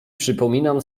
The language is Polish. przypominam